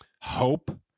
hope